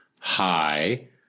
high